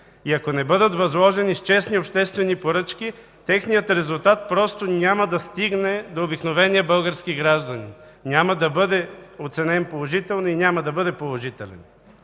и ако не бъдат възложени с честни обществени поръчки, техният резултат просто няма да стигне до обикновения български гражданин, няма да бъде оценен положително и няма да бъде положителен.